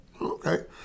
okay